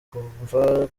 kumva